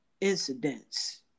incidents